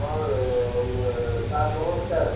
ହଁ ସାର୍ ନମସ୍କାର